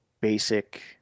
basic